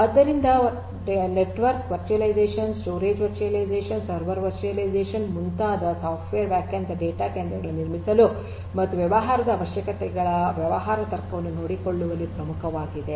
ಆದ್ದರಿಂದ network virtualization storage virtualization server virtualization ಮುಂತಾದವು software ವ್ಯಾಖ್ಯಾನಿತ ಡೇಟಾ ಕೇಂದ್ರಗಳನ್ನು ನಿರ್ಮಿಸಲು ಮತ್ತು ವ್ಯವಹಾರದ ಅವಶ್ಯಕತೆಗಳ ವ್ಯವಹಾರ ತರ್ಕವನ್ನು ನೋಡಿಕೊಳ್ಳುವಲ್ಲಿ ಪ್ರಮುಖವಾಗಿವೆ